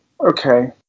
Okay